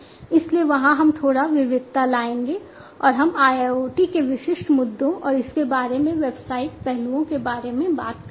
इसलिए वहां हम थोड़ा विविधता लाएंगे और हम IIoT के विशिष्ट मुद्दों और इसके बारे में व्यावसायिक पहलुओं के बारे में बात करेंगे